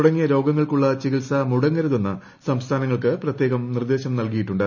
തുടങ്ങിയ രോഗങ്ങൾക്കുള്ള മുടങ്ങരുതെന്ന് സംസ്ഥാനങ്ങൾക്ക് പ്രത്യേകം നിർദ്ദേശം നൽകിയിട്ടുണ്ട്